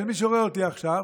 של מי שרואה אותי עכשיו,